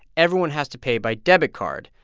everyone has to pay by debit card.